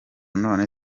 none